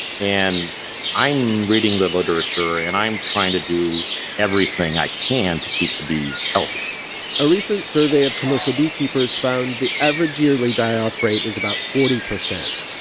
and i'm reading the literature, and i'm trying to do everything i can to keep the bees healthy a recent survey of commercial beekeepers found the average yearly die-off rate is about forty percent,